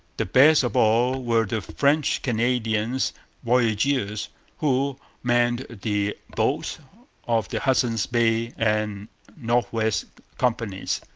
the best of all were the french-canadian voyageurs who manned the boats of the hudson's bay and north-west companies.